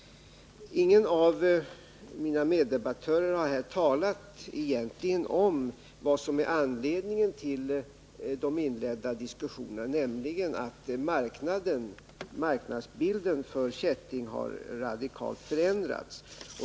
Ingen av mina meddebattörer har här egentligen talat om vad som är anledningen till de inledda diskussionerna, nämligen att marknadsbilden för kätting radikalt har förändrats.